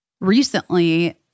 recently